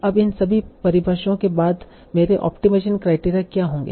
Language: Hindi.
अब इन सभी परिभाषाओं के बाद मेरे ऑप्टिमाइजेशन क्राइटेरिया क्या होंगे